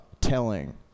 telling